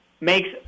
makes